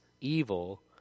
evil